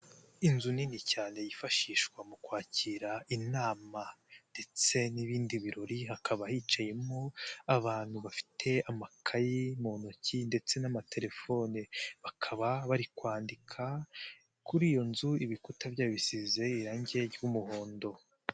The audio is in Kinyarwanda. Inzu nini cyane yifashishwa mu kwakira inama ndetse n'ibindi birori, hakaba hicayemo abantu bafite amakayi mu ntoki ndetse n'amatelefone, bakaba bari kwandika kuri iyo nzu ibikuta byayo bisize irangi ry'umuhondo.